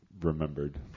remembered